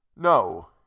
No